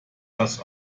such